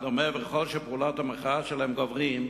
לצערם, דומה שככל שפעולות המחאה שלהם גוברות,